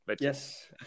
Yes